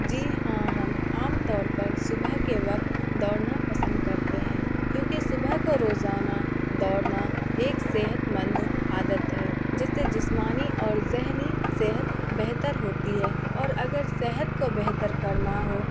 جی ہاں ہم عام طور پر صبح کے وقت دوڑنا پسند کرتے ہیں کیونکہ صبح کو روزانہ دوڑنا ایک صحت مند عادت ہے جس سے جسمانی اور ذہنی صحت بہتر ہوتی ہے اور اگر صحت کو بہتر کرنا ہو